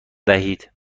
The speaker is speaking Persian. دهید